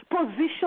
position